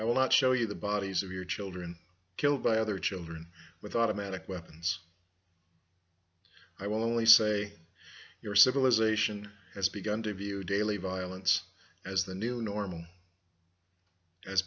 i will not show you the bodies of your children killed by other children with automatic weapons i will only say your civilization has begun to view daily violence as the new normal as